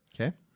Okay